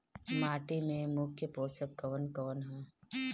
माटी में मुख्य पोषक कवन कवन ह?